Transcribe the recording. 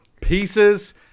pieces